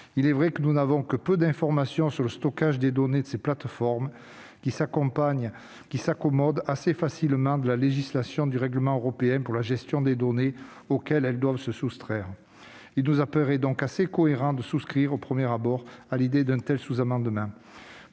Il est vrai que nous n'avons que peu d'informations sur le stockage des données de ces plateformes, qui s'accommodent assez facilement du règlement européen sur la gestion des données, auxquelles elles doivent se soumettre. Il nous paraît donc assez cohérent de souscrire, au premier abord, à l'idée d'un tel sous-amendement.